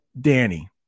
danny